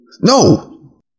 No